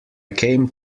came